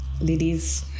Ladies